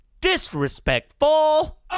disrespectful